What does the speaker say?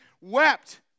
wept